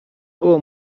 było